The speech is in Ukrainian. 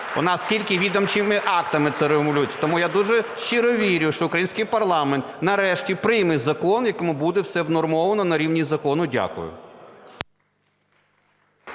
У нас тільки відомчими актами це регулюється, тому я дуже щиро вірю, що український парламент нарешті прийме закон, в якому буде все внормовано на рівні закону. Дякую.